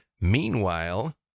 meanwhile